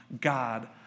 God